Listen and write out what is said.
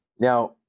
Now